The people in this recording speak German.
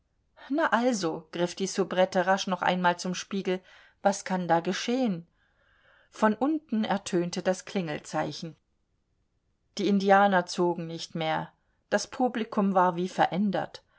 na also griff die soubrette rasch noch einmal zum spiegel was kann da geschehen von unten ertönte das klingelzeichen die indianer zogen nicht mehr das publikum war wie verändert